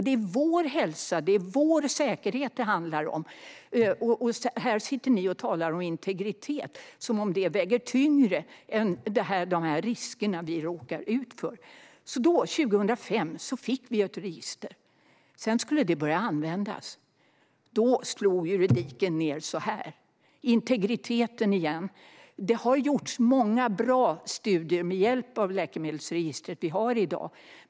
Det är vår hälsa och säkerhet det handlar om, och här sitter ni och talar om integritet, som om det vägde tyngre än de risker vi utsätts för. Så då, 2005, fick vi ett register. Sedan skulle det börja användas. Då slog juridiken ned - integriteten igen. Det har gjorts många bra studier med hjälp av det läkemedelsregister vi har i dag.